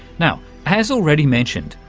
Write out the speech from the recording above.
now, as already mentioned,